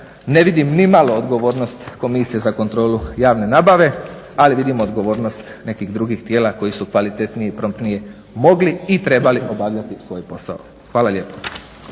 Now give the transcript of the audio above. ne vidim nimalo odgovornost Komisije za kontrolu javne nabave ali vidim odgovornost nekih drugih tijela koji su kvalitetnije i promptnije mogli i trebali obavljati svoj posao. Hvala lijepo.